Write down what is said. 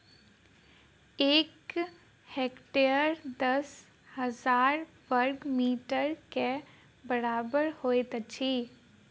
एक हेक्टेयर दस हजार बर्ग मीटर के बराबर होइत अछि